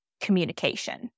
communication